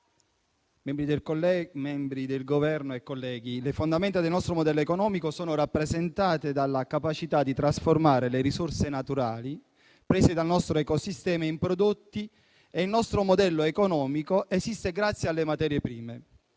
membri del Governo e colleghi, le fondamenta del nostro modello economico sono rappresentate dalla capacità di trasformare le risorse naturali prese dal nostro ecosistema in prodotti e il nostro modello economico esiste grazie alle materie prime.